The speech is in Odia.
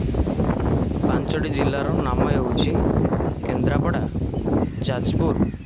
ପାଞ୍ଚଟି ଜିଲ୍ଲାର ନାମ ହେଉଛି କେନ୍ଦ୍ରାପଡ଼ା ଯାଜପୁର